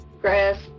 grass